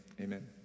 Amen